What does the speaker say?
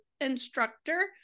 instructor